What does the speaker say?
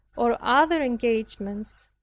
or other engagements,